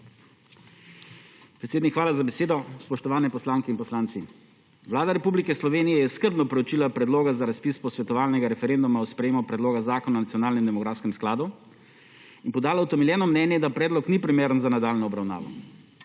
hvala za besedo. Spoštovane poslanke in poslanci! Vlada Republike Slovenje je skrbno preučili predloge za razpis posvetovalnega referenduma o sprejemu Predloga zakona o nacionalnem demografskem skladu in podala utemeljeno mnenje, da predlog ni primeren za nadaljnjo obravnavo.